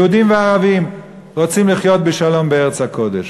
יהודים וערבים, רוצים לחיות בשלום בארץ הקודש,